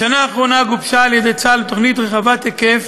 בשנה האחרונה גובשה על-ידי צה"ל תוכנית רחבת היקף